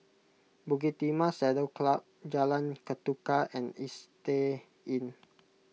Bukit Timah Saddle Club Jalan Ketuka and Istay Inn